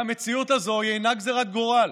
והמציאות הזו היא אינה גזרת גורל.